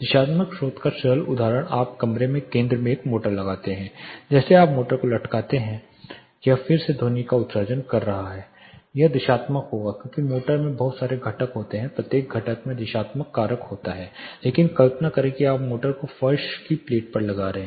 दिशात्मक स्रोत का सरल उदाहरण आप कमरे के केंद्र में एक मोटर लगाते हैं जैसे आप मोटर को लटकाते हैं यह फिर से ध्वनि का उत्सर्जन कर रहा है यह दिशात्मक होगा क्योंकि मोटर में बहुत सारे घटक होते हैं प्रत्येक घटक में दिशात्मक कारक होता है लेकिन कल्पना करें कि आप मोटर को फर्श की प्लेट पर लगा रहे हैं